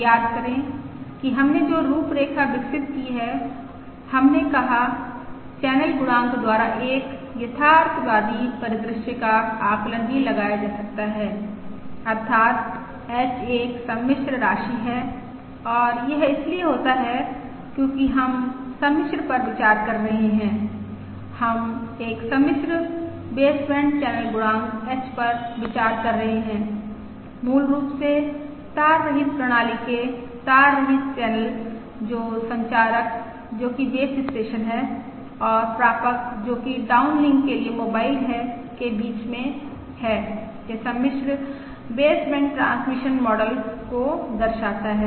याद करें कि हमने जो रूपरेखा विकसित की है हमने कहा चैनल गुणांक द्वारा एक यथार्थवादी परिदृश्य का आकलन भी लगाया जा सकता है अर्थात् H एक सम्मिश्र राशि है और यह इसलिए होता है क्योंकि हम सम्मिश्र पर विचार कर रहे हैं हम एक सम्मिश्र बेसबैंड चैनल गुणांक H पर विचार कर रहे हैं मूल रूप से तार रहित प्रणाली के तार रहित चैनल जो संचारक जोकि बेस स्टेशन है और प्रापक जोकि डाउनलिंक के लिए मोबाइल है के बीच में है के सम्मिश्र बेसबैंड ट्रांसमिशन मॉडल को दर्शाता है